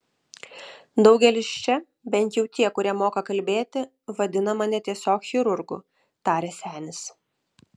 daugelis čia bent jau tie kurie moka kalbėti vadina mane tiesiog chirurgu tarė senis